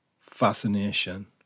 fascination